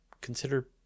Consider